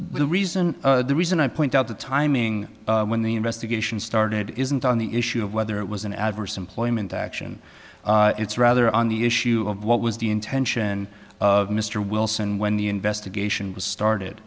the reason the reason i point out the timing when the investigation started isn't on the issue of whether it was an adverse employment action it's rather on the issue of what was the intention of mr wilson when the investigation was started